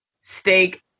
Steak